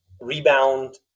rebound